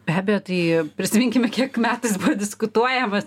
be abejo tai prisiminkime kiek metų jis buvo diskutuojamas